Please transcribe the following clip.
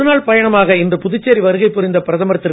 ஒரு நாள் பயணமாக இன்று புதுச்சேரி வருகை புரிந்த பிரதமர் திரு